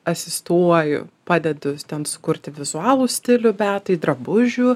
asistuoju padedu ten sukurti vizualų stilių beatai drabužių